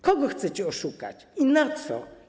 Kogo chcecie oszukać i na co?